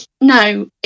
no